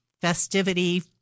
festivity